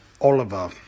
Oliver